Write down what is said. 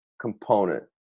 component